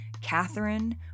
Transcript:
Catherine